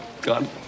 God